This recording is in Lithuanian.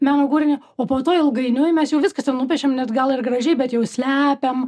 meno kūrinį o po to ilgainiui mes jau viskas ten nupiešiam net gal ir gražiai bet jau slepiam